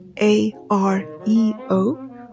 A-R-E-O